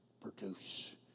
produce